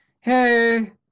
Hey